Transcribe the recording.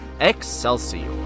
Excelsior